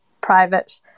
private